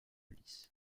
lis